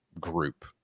group